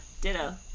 ditto